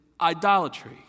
idolatry